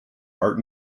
art